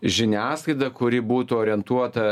žiniasklaida kuri būtų orientuota